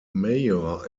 mayor